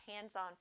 hands-on